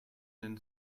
and